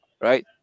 right